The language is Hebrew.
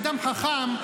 אדם חכם,